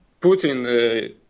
Putin